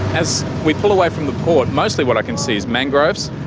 as we pull away from the port, mostly what i can see is mangroves,